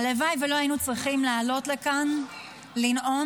הלוואי שלא היינו צריכים לעלות לכאן לנאום,